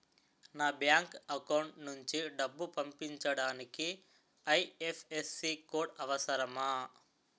నా bank account నుంచి డబ్బు పంపించడానికి ఐ.ఎఫ్.ఎస్.సి కోడ్ అవసరమా?